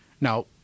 Now